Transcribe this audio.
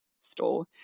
store